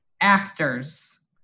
actors